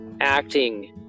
acting